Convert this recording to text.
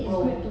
pro